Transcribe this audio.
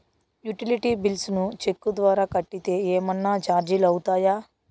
Utility bills ను cheque ద్వారా కట్టితే ఏమన్నా చార్జీలు అవుతాయా?